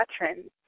veterans